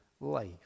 life